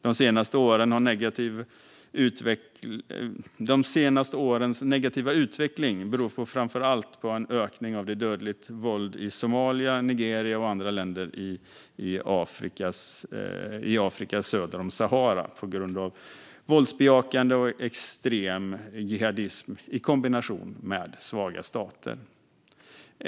De senaste årens negativa utveckling beror framför allt på en ökning av dödligt våld i Somalia, Nigeria och andra länder i Afrika söder om Sahara på grund av våldsbejakande och extrem jihadism i kombination med svaga stater.